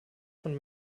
von